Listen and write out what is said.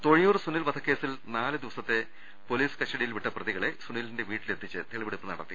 തൊഴിയൂർ സുനിൽ വധക്കേസിൽ നാല് ദിവസത്തെ പൊലീസ് കസ്റ്റഡിയിൽ വിട്ട പ്രതികളെ സൂനിലിന്റെ വീട്ടിലെത്തിച്ച് തെളിവെ ടുപ്പ് നടത്തി